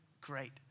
great